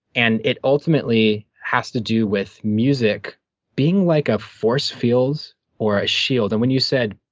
and it ultimately has to do with music being like a force field or a shield. and when you said,